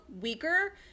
weaker